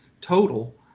total